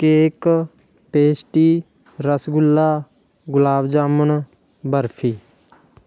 cake pastry rasgulla gulab jamun barfi